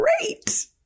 great